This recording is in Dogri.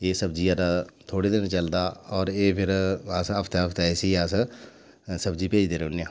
ते सब्जी आह्ला थोह्ड़े दिन चलदा और एह् फिर अस हफ्ते हफ्ते इसी अस सब्जी भेजदे रौह्न्ने आं